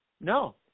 No